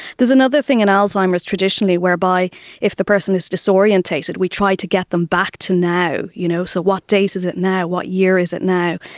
there's another thing in alzheimer's traditionally whereby if the person is disoriented we try to get them back to now. you know so what date is it now, what year is it now,